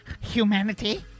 humanity